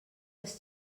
els